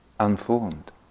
unformed